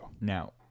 Now